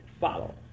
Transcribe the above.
follow